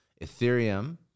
Ethereum